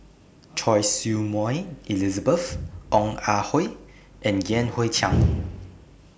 Choy Su Moi Elizabeth Ong Ah Hoi and Yan Hui Chang